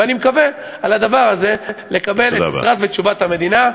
ואני מקווה על הדבר הזה לקבל את העזרה ואת תשובת המדינה,